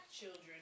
children